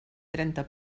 trenta